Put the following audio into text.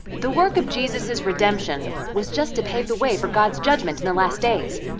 the work of jesus' redemption was just to pave the way for god's judgment in the last days.